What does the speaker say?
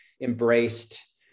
embraced